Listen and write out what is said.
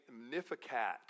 Magnificat